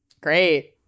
Great